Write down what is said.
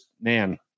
man